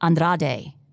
Andrade